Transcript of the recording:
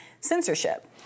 censorship